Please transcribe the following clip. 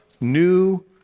new